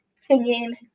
singing